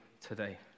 today